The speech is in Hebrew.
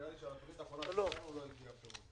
ונראה לי שעל התוכנית האחרונה שאישרנו לא הגיע פירוט.